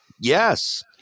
Yes